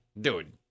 dude